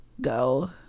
go